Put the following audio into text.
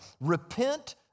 Repent